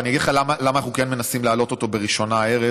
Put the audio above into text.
אני אגיד למה אנחנו כן מנסים להעלות אותו בראשונה הערב,